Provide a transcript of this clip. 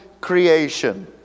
creation